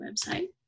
website